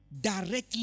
directly